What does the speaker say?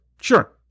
Sure